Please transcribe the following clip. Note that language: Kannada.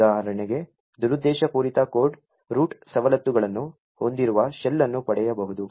ಉದಾಹರಣೆಗೆ ದುರುದ್ದೇಶಪೂರಿತ ಕೋಡ್ ರೂಟ್ ಸವಲತ್ತುಗಳನ್ನು ಹೊಂದಿರುವ ಶೆಲ್ ಅನ್ನು ಪಡೆಯಬಹುದು